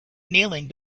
kneeling